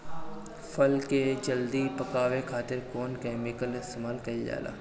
फल के जल्दी पकावे खातिर कौन केमिकल इस्तेमाल कईल जाला?